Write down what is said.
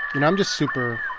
and i'm just super,